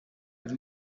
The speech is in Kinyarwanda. buri